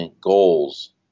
goals